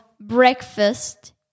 breakfast